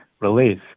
release